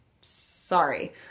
Sorry